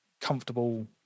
comfortable